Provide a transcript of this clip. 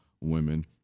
women